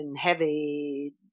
heavy